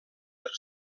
per